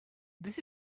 this